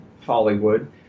Hollywood